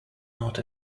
not